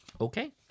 Okay